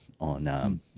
on